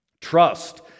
trust